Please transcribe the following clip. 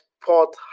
Port